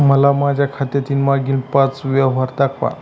मला माझ्या खात्यातील मागील पांच व्यवहार दाखवा